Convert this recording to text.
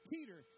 Peter